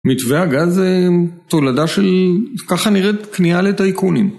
מתווה הגז זו תולדה של... ככה נראית קנייה לטייקונים.